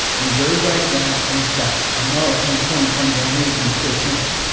and it goes like that, and it's got another thing pointing comes down here that you push in,